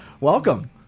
Welcome